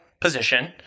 position